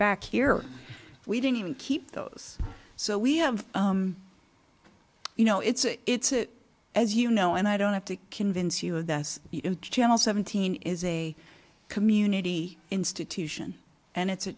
back here we didn't even keep those so we have you know it's it's it as you know and i don't have to convince you of that in general seventeen is a community institution and it's a